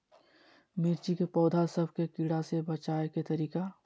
मिर्ची के पौधा सब के कीड़ा से बचाय के तरीका?